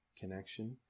connection